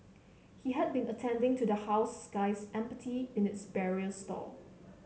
he had been attending to the house Sky Empathy in its barrier stall